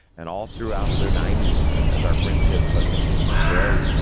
and all throughout the ninety s as our friendship but continue to grow.